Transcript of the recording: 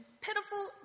pitiful